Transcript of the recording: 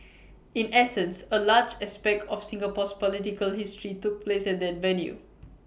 in essence A large aspect of Singapore's political history took place at that venue